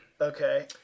Okay